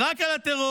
רק על הטרור